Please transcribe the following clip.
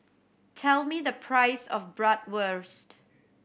tell me the price of Bratwurst